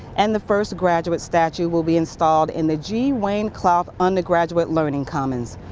and the first graduate statue will be installed in the g wayne clough undergraduate learning commons.